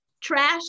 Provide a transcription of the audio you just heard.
trash